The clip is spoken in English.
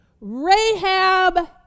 Rahab